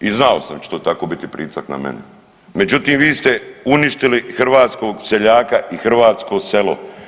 I znao sam da će to tako biti pritisak na mene, međutim vi ste uništili hrvatskog seljaka i hrvatsko selo.